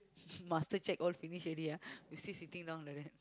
muster check all finish already ah you still sitting down like that